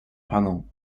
panel